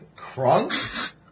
Crunk